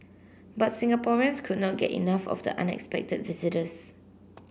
but Singaporeans could not get enough of the unexpected visitors